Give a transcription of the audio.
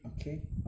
okay